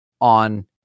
on